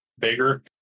bigger